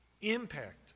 impact